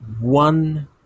one